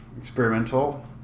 experimental